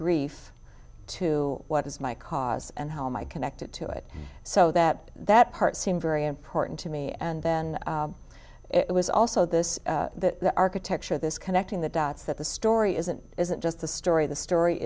grief to what is my cause and how my connected to it so that that part seemed very important to me and then it was also this that architecture this connecting the dots that the story isn't isn't just the story the story